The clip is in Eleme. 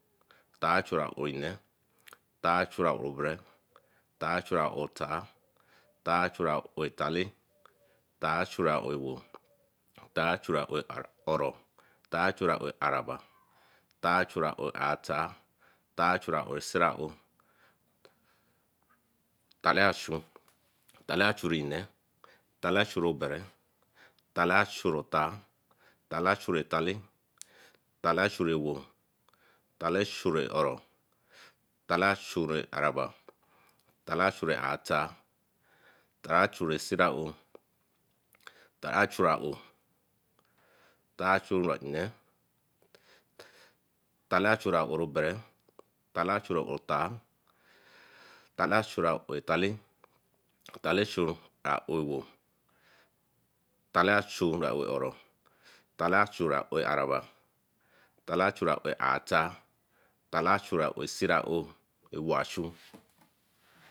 Tachu ore nne, tachu obere, tachu otar tachu otale, tchu ewo, tachu oro, tachu araba, tachu atar, tachu siraou, tale achun, tale achuri nne, tale achuri obere, tari achuri otar, tale achuri otale, tale achuri ewo, tale achuri oro, tale achuri araba, tale achuri atar, tale achuri siraou, tale achuri aowe, tale achuri nne, tale achuri obere, tale achuri otar, tale achui otale, tale achiru aowe ewo, tale achiru aowe oro, tale achuri aowe araba, tale achun aowe atar, tale achuri siraou, ewe-achun